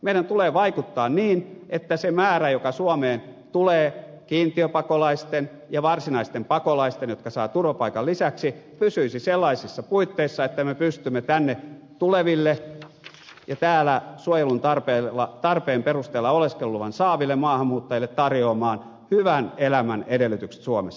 meidän tulee vaikuttaa niin että se määrä joka suomeen tulee kiintiöpakolaisten ja varsinaisten pakolaisten jotka saavat turvapaikan lisäksi pysyisi sellaisissa puitteissa että me pystymme tänne tuleville ja täällä suojelun tarpeen perusteella oleskeluluvan saaville maahanmuuttajille tarjoamaan hyvän elämän edellytykset suomessa